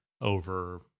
over